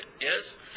yes